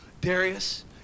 Darius